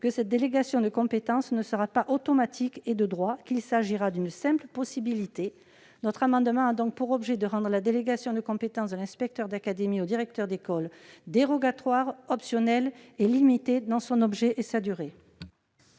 que cette délégation de compétences ne sera pas automatique et de droit, et qu'il s'agira d'une simple possibilité. Notre amendement a donc pour objet de rendre la délégation de compétences de l'inspecteur d'académie vis-à-vis du directeur d'école dérogatoire, optionnelle et limitée dans son objet et dans sa durée.